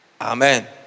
Amen